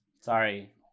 sorry